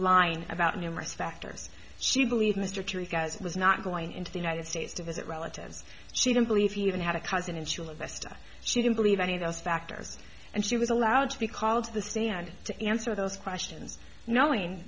lying about numerous factors she believed mr terrific as it was not going into the united states to visit relatives she didn't believe he even had a cousin in shula vesta she didn't believe any of those factors and she was allowed to be called to the stand to answer those questions knowing